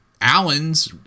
allen's